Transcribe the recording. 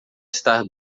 estar